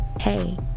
Hey